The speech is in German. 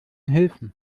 helfen